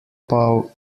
paw